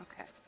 Okay